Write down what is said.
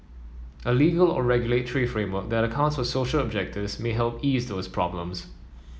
a legal or regulatory framework that accounts for social objectives may help ease those problems